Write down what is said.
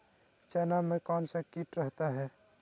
चना में कौन सा किट रहता है?